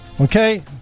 okay